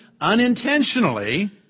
unintentionally